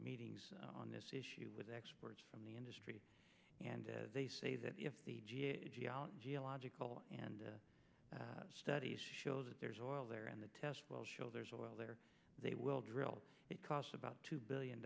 meetings on this issue with experts from the industry and they say that if the geological and studies show that there's oil there and the test will show there's oil there they will drill it cost about two billion